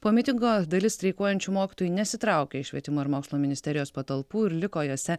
po mitingo dalis streikuojančių mokytojų nesitraukė iš švietimo ir mokslo ministerijos patalpų ir liko jose